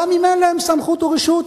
גם אם אין להם סמכות ורשות,